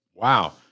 Wow